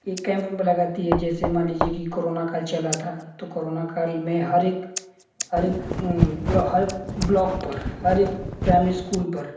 ये कैंप उम्प लगाती है जैसे मान लीजिए कि करोना काल चला था तो करोना काल में हरेक हरेक ब्ला हर ब्लॉक पर हरेक प्राइमरी इस्कूल पर